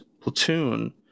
platoon